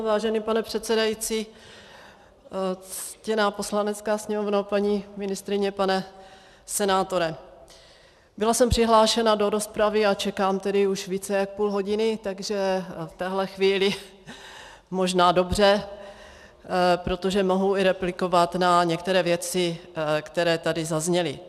Vážený pane předsedající, ctěná Poslanecká sněmovno, paní ministryně, pane senátore, byla jsem přihlášena do rozpravy a čekám už více než půl hodiny, takže v téhle chvíli možná dobře, protože mohu i replikovat na některé věci, které tady zazněly.